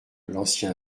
l’ancien